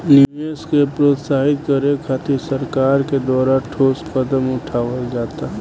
निवेश के प्रोत्साहित करे खातिर सरकार के द्वारा ठोस कदम उठावल जाता